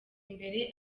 imbere